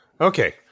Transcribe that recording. Okay